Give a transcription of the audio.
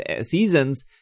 seasons